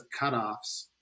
cutoffs